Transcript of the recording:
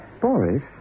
Boris